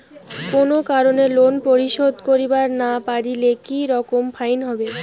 কোনো কারণে লোন পরিশোধ করিবার না পারিলে কি রকম ফাইন হবে?